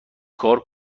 کار